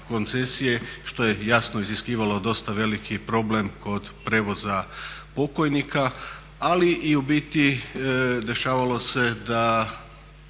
što je jasno iziskivalo dosta veliki problem kod prijevoza pokojnika, ali i u biti dešavalo se da